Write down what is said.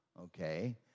okay